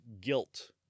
guilt